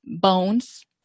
bones